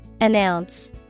Announce